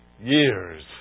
years